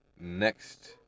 Next